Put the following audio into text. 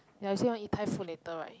ya you say want eat thai food later right